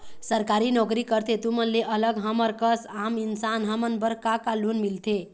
सरकारी नोकरी करथे तुमन ले अलग हमर कस आम इंसान हमन बर का का लोन मिलथे?